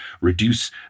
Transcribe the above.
reduce